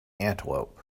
antelope